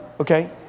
Okay